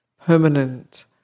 permanent